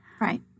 Right